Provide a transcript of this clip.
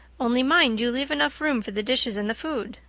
only mind you leave enough room for the dishes and the food.